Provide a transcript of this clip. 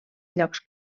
llocs